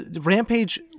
rampage